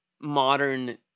modern